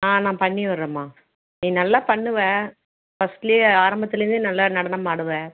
ஆ நான் பண்ணிவிட்றேம்மா நீ நல்லா பண்ணுவ ஃபர்ஸ்ட்லியே ஆரம்பத்திலிருந்தே நல்லா நடனம் ஆடுவ